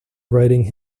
writing